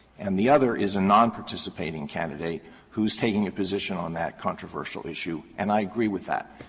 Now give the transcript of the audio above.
and the other is a non-participating candidate who is taking a position on that controversial issue and i agree with that.